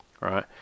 right